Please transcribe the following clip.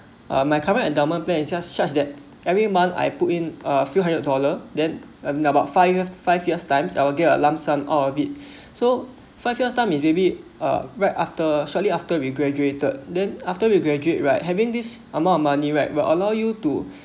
uh my current endowment plan it's just such that every month I put in a few hundred dollar then earn um about fire five years times I will get a lump sum all of it so five years time is maybe uh right after shortly after we graduated then after we graduate right having this amount of money right will allow you to